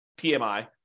PMI